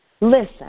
Listen